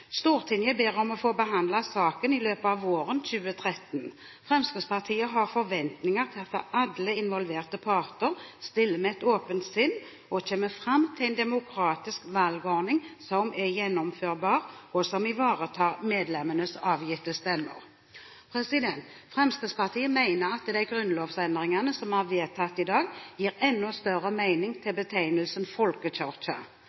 Stortinget ber om å få behandlet saken i løpet av våren 2013. Fremskrittspartiet har forventninger til at alle involverte parter stiller med et åpent sinn og kommer fram til en demokratisk valgordning som er gjennomførbar, og som ivaretar medlemmenes avgitte stemmer. Fremskrittspartiet mener at de grunnlovsendringene som vi har vedtatt i dag, gir enda større mening til